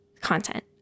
content